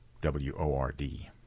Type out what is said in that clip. W-O-R-D